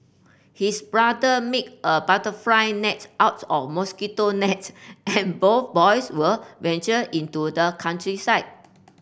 his brother make a butterfly net out of mosquito net and both boys would venture into the countryside